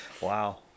Wow